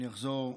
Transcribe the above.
אני אחזור,